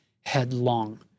headlong